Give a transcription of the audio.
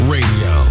Radio